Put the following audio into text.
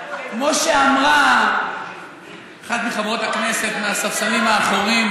כמו שאמרה אחת מחברות הכנסת מהספסלים האחוריים,